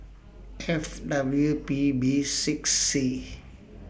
F W P B six C